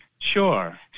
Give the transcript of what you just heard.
Sure